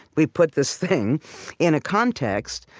we put this thing in a context.